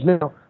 Now